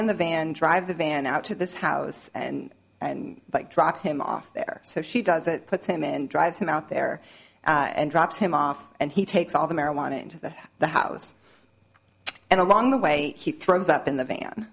in the van drive the van out to this house and and but drop him off there so she does it puts him and drives him out there and drops him off and he takes all the marijuana into that the house and along the way he throws up in the van